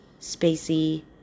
spacey